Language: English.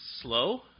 slow